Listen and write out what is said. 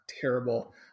terrible